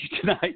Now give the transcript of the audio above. tonight